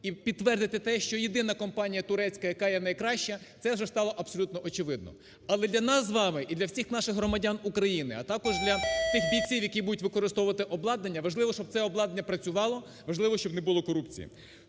і підтвердити те, що єдина компанія турецька, яка є найкраща, це вже стало абсолютно очевидно. Але для нас з вами і для всіх наших громадян України, а також для тих бійців, які будуть використовувати обладнання, важливо, щоб це обладнання працювало, важливо, щоб не було корупції.